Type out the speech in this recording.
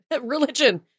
religion